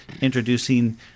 introducing